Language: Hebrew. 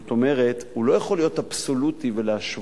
זאת אומרת, הוא לא יכול להיות אבסולוטי ולהשוות